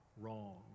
wrong